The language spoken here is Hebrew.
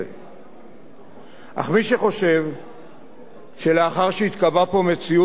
אך מי שחושב שלאחר שהתקבעה פה מציאות במשך 64 שנים,